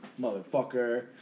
Motherfucker